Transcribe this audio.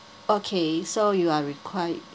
okay so you are requi~